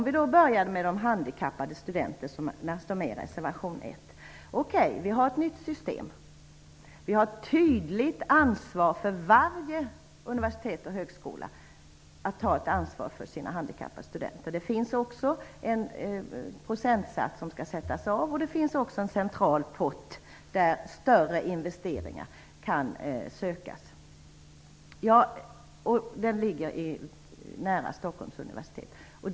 Vi kan börja med de handikappade studenterna som berörs i reservation 1. Vi har ett nytt system. Varje universitet och högskola har ett tydligt ansvar för sina handikappade studenter. Det finns också en procentsats som skall sättas av, och det finns en central pott där större investeringar kan sökas. Den ligger nära anslaget för Stockholms universitet.